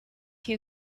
you